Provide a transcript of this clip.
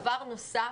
דבר נוסף,